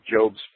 Job's